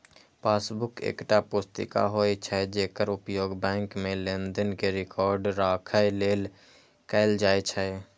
passbook एकटा पुस्तिका होइ छै, जेकर उपयोग बैंक मे लेनदेन के रिकॉर्ड राखै लेल कैल जाइ छै